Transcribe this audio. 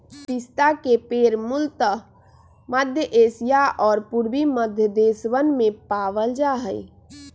पिस्ता के पेड़ मूलतः मध्य एशिया और पूर्वी मध्य देशवन में पावल जा हई